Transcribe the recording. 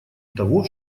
того